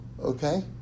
okay